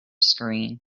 screen